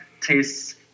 tastes